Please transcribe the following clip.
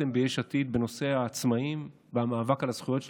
ביש עתיד בנושא העצמאים והמאבק על הזכויות שלהם,